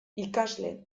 ikasle